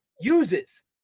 uses